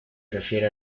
refiere